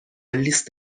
لیست